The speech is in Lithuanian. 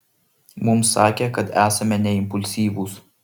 mums sakė kad esame neimpulsyvūs